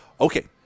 okay